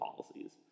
policies